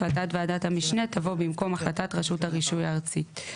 החלטת ועדת המשנה תבוא במקום החלטת רשות הרישוי הארצית.